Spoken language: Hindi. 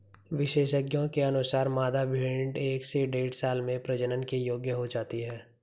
विशेषज्ञों के अनुसार, मादा भेंड़ एक से डेढ़ साल में प्रजनन के योग्य हो जाती है